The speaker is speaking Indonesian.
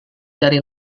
dari